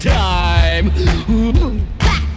time